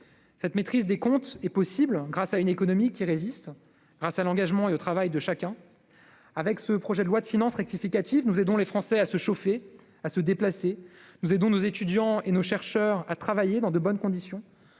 Cette maîtrise des comptes est possible grâce à une économie qui résiste et à l'engagement et au travail de chacun. Avec ce projet de loi de finances rectificative, nous aidons les Français à se chauffer et à se déplacer, nous aidons nos étudiants et nos chercheurs à travailler dans de bonnes conditions,